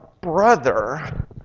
brother